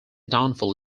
downfall